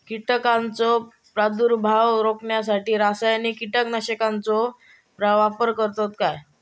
कीटकांचो प्रादुर्भाव रोखण्यासाठी रासायनिक कीटकनाशकाचो वापर करतत काय?